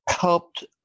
helped